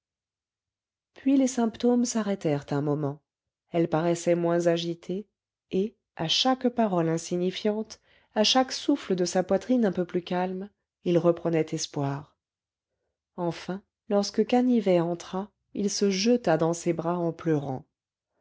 puis les symptômes s'arrêtèrent un moment elle paraissait moins agitée et à chaque parole insignifiante à chaque souffle de sa poitrine un peu plus calme il reprenait espoir enfin lorsque canivet entra il se jeta dans ses bras en pleurant